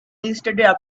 yesterday